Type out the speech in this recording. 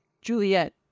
Juliet